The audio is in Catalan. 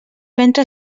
ventre